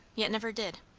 yet never did.